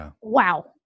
wow